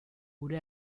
gure